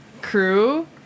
crew